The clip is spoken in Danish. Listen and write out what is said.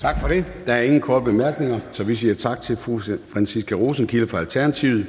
Tak for det. Der er ingen korte bemærkninger, så vi siger tak til fru Franciska Rosenkilde fra Alternativet.